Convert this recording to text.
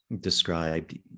described